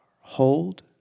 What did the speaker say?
hold